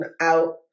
out